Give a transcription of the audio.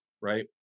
right